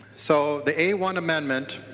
so the a one amendment